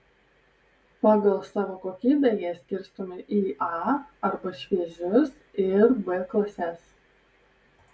pagal savo kokybę jie skirstomi į a arba šviežius ir b klases